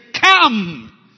Come